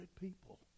people